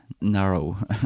narrow